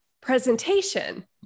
presentation